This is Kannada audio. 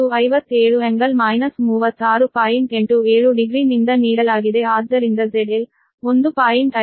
870 ನಿಂದ ನೀಡಲಾಗಿದೆ ಆದ್ದರಿಂದ ZL 1